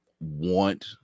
want